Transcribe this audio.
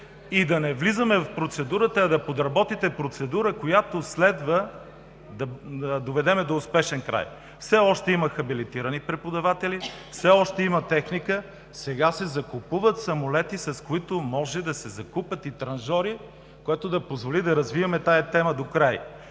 и да не влизаме в процедурата, а да подработите процедура, която следва да доведем до успешен край. Все още има хабилитирани преподаватели, все още има техника. Сега се купуват самолети, с които може да се купят и транжори, което да позволи да развием темата докрай.